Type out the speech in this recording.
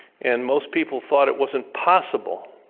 and most people thought it was impossible.